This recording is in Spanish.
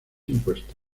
impuestos